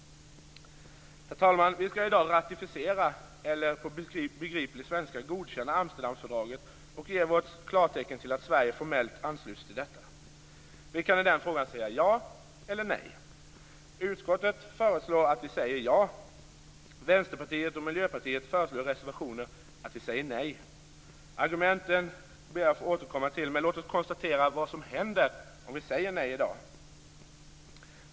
Herr talman! Vi skall i dag ratificera - eller på begriplig svenska godkänna - Amsterdamfördraget och ge vårt klartecken till att Sverige formellt ansluts till detta. Vi kan i den frågan säga ja eller nej. Utrikesutskottet föreslår att vi säger ja. Vänsterpartiet och Miljöpartiet föreslår i reservationer att vi säger nej. Argumenten ber jag att få återkomma till, men låt oss konstatera vad som händer om vi säger nej i dag.